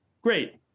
great